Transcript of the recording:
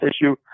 issue